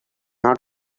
not